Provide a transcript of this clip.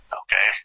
okay